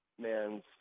man's